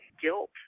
guilt